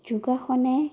যোগাসনে